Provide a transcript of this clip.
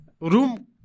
room